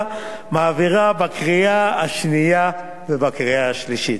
מעבירה בקריאה השנייה ובקריאה השלישית,